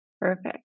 Perfect